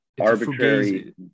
arbitrary